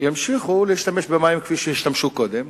ימשיכו להשתמש במים כפי שהם השתמשו קודם,